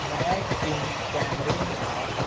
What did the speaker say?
ਮੈਂ ਕੇਮ ਕੈਮਰੇ ਨਾਲ